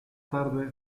tarde